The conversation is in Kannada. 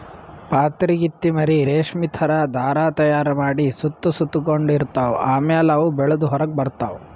ಪಾತರಗಿತ್ತಿ ಮರಿ ರೇಶ್ಮಿ ಥರಾ ಧಾರಾ ತೈಯಾರ್ ಮಾಡಿ ಸುತ್ತ ಸುತಗೊಂಡ ಇರ್ತವ್ ಆಮ್ಯಾಲ ಅವು ಬೆಳದ್ ಹೊರಗ್ ಬರ್ತವ್